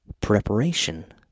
Preparation